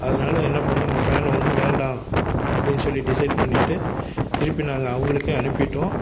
அதனால என்ன பண்ணிணோம் உங்கள் ஃபேன் வந்து வேண்டாம் அப்படின்னு சொல்லி டிஸைட் பண்ணிவிட்டு திருப்பி நாங்கள் அவுங்களுக்கே அனுப்பிவிட்டோம்